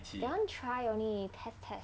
that [one] try only test test